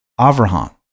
Avraham